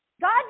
God